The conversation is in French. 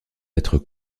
être